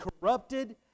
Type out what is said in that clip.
corrupted